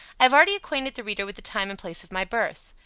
i have already acquainted the reader with the time and place of my birth.